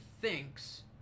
thinks